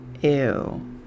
ew